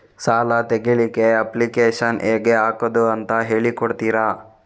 ಸಾಲ ತೆಗಿಲಿಕ್ಕೆ ಅಪ್ಲಿಕೇಶನ್ ಹೇಗೆ ಹಾಕುದು ಅಂತ ಹೇಳಿಕೊಡ್ತೀರಾ?